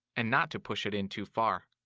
and not to push it in too far.